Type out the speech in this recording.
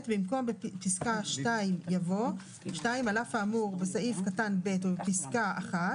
במקום פסקה (2) יבוא: "(2)על אף האמור בסעיף קטן (ב) ובפסקה (1),